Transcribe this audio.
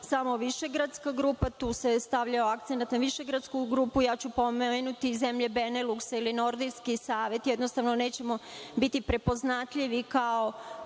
samo višegradska grupa, tu se stavljao akcenat na višegradsku grupu. Pomenuću zemlje Beneluksa ili Nordijski savet, jednostavno nećemo biti prepoznatljivi kao